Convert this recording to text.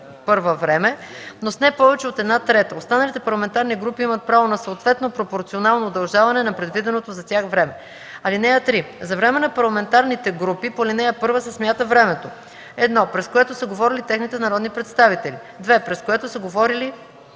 ал. 1 време, но с не повече от една трета. Останалите парламентарни групи имат право на съответно пропорционално удължаване на предвиденото за тях време. (3) За време на парламентарните групи по ал. 1 се смята времето: 1. през което са говорили техните народни представители; 2. през което са говорили